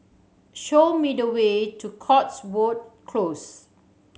show me the way to Cotswold Close